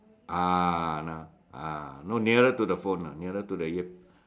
ah no nearer to the phone nearer to the ear